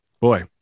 boy